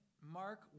Mark